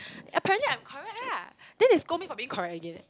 apparently I'm correct ah then they scold me for being correct again leh